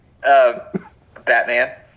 Batman